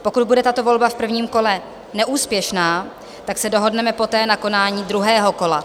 Pokud bude tato volba v prvním kole neúspěšná, tak se dohodneme poté na konání druhého kola.